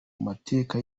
mateka